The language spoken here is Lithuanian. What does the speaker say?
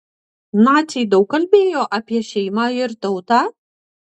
naciai daug kalbėjo apie šeimą ir tautą